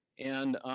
and